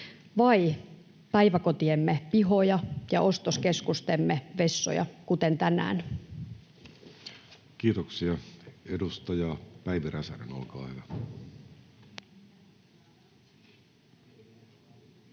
vai päiväkotiemme pihoja ja ostoskeskustemme vessoja, kuten tänään. Kiitoksia. — Edustaja Päivi Räsänen, olkaa hyvä.